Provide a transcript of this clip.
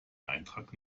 eintrag